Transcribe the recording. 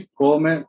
come